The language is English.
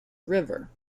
river